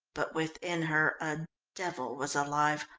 but within her a devil was alive,